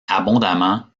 abondamment